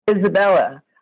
Isabella